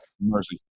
mercy